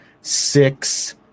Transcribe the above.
Six